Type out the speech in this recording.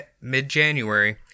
mid-January